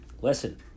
Listen